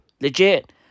Legit